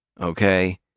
okay